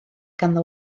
ganddo